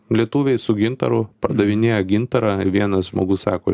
lietuviai su gintaru pardavinėjo gintarą ir vienas žmogus sako